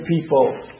people